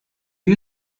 you